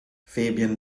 fabian